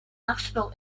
national